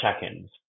check-ins